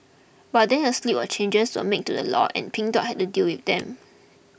but then a slew of changes were made to the law and Pink Dot had to deal with them